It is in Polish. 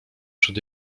przed